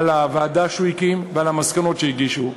על הוועדה שהוא הקים ועל המסקנות שהגישו.